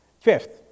Fifth